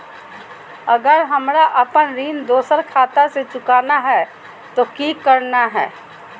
अगर हमरा अपन ऋण दोसर खाता से चुकाना है तो कि करना है?